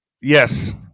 yes